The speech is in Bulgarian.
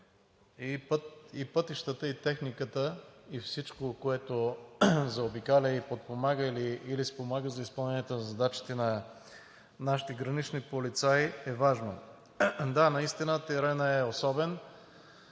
И пътищата, и техниката, и всичко, което заобикаля, подпомага или спомага за изпълнението на задачите на нашите гранични полицаи, е важно. Да, наистина теренът е особен.